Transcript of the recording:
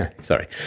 sorry